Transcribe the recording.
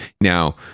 now